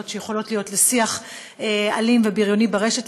שיכולות להיות לשיח אלים ובריוני ברשת.